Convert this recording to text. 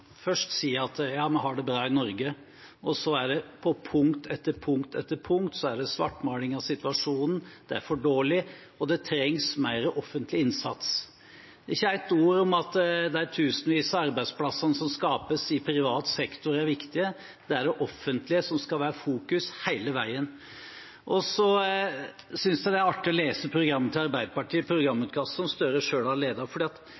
først å si at vi har det bra i Norge, og så er det på punkt etter punkt etter punkt svartmaling av situasjonen: Det er for dårlig, og det trengs mer offentlig innsats. Det er ikke ett ord om at de tusenvis av arbeidsplasser som skapes i privat sektor, er viktige. Det er det offentlige som skal være i fokus hele veien. Så synes jeg det er artig å lese programmet til Arbeiderpartiet, programutkastet – et arbeid som Gahr Støre selv har